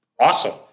awesome